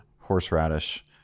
horseradish